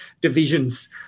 divisions